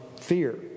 fear